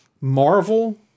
Marvel